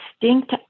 distinct